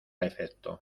efecto